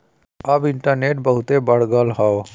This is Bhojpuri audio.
अब इन्टरनेट बहुते बढ़ गयल हौ